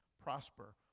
prosper